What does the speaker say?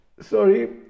sorry